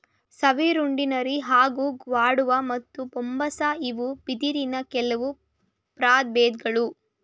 ಸೆಮಿಅರುಂಡಿನೆರಿ ಹಾಗೂ ಗ್ವಾಡುವ ಮತ್ತು ಬಂಬೂಸಾ ಇವು ಬಿದಿರಿನ ಕೆಲ್ವು ಪ್ರಬೇಧ್ಗಳು